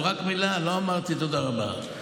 רק מילה, לא אמרתי "תודה רבה".